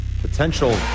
potential